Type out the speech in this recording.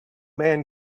man